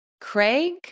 Craig